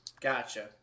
gotcha